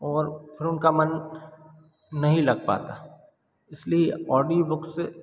और फिर उनका मन नहीं लग पाता इसलिए औडियो बुक्स से